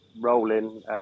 rolling